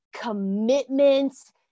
commitments